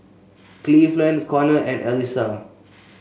Cleveland Konnor and Elissa